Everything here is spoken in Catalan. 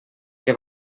que